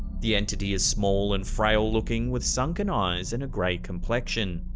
the entity is small and frail looking, with sunken eyes and a gray complexion.